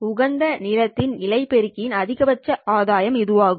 உகந்த நீளத்தில் இழை பெருக்கியின்அதிகபட்ச ஆதாயம் இதுவாகும்